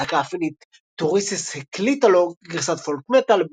הלהקה הפינית טוריסס הקליטה לו גרסת פולק מטאל,